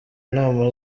inama